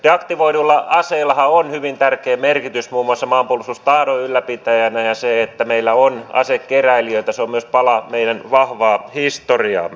deaktivoidulla aseellahan on hyvin tärkeä merkitys muun muassa maanpuolustustahdon ylläpitäjänä ja se että meillä on asekeräilijöitä on myös pala meidän vahvaa historiaamme